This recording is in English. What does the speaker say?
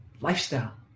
lifestyle